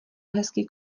hezký